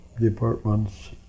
departments